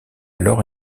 alors